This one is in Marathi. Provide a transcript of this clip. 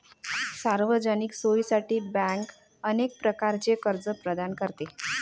सार्वजनिक सोयीसाठी बँक अनेक प्रकारचे कर्ज प्रदान करते